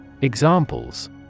Examples